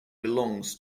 belongs